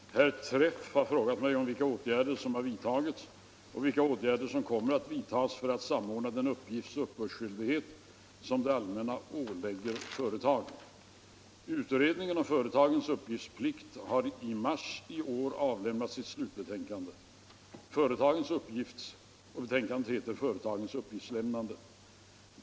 Fru talman! Herr Träff har frågat mig om vilka åtgärder som har vidtagits och vilka åtgärder som kommer att vidtagas för att samordna den uppgiftsoch uppbördsskyldighet som det allmänna ålägger företagen. Utredningen om företagens uppgiftsplikt har i mars i år avlämnat sitt slutbetänkande Företagens uppgiftslämnande.